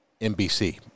NBC